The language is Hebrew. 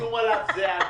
מי שחתום עליו זה ע'דיר,